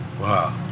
Wow